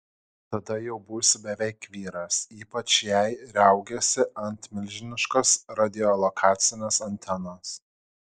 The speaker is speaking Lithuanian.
tada jau būsi beveik vyras ypač jei riaugėsi ant milžiniškos radiolokacinės antenos